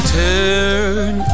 turn